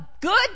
good